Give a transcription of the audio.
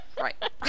right